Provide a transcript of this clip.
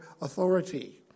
authority